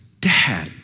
Dad